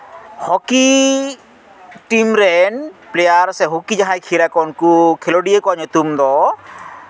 ᱦᱚᱸᱠᱤ team ᱨᱮᱱ player ᱥᱮ hockey ᱡᱟᱦᱟᱸᱭ ᱠᱷᱮᱞ ᱟᱠᱚ ᱩᱱᱠᱩ ᱠᱷᱮᱞᱳᱰᱤᱭᱟᱹ ᱠᱚᱣᱟᱜ ᱧᱩᱛᱩᱢ ᱫᱚ